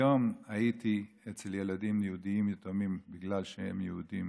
היום הייתי אצל ילדים יהודים יתומים בגלל שהם יהודים,